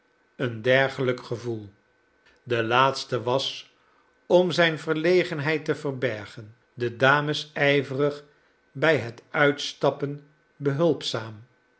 en dergelijk gevoel de laatste was om zijn verlegenheid te verbergen de dames ijverig bij het uitstappen behulpzaam